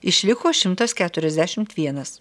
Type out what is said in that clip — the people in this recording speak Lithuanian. išliko šimtas keturiasdešimt vienas